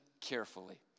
carefully